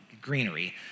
greenery